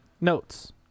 notes